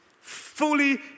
fully